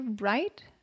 right